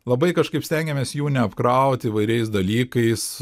labai kažkaip stengiamės jų neapkraut įvairiais dalykais